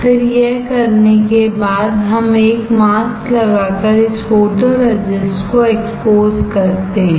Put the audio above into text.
फिर यह करने के बाद हम एक मास्क लगाकर इस फोटोरेजिस्ट को एक्सपोज करते हैं